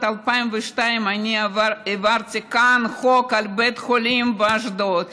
2002 אני העברתי כאן חוק על בית חולים באשדוד,